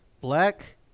Black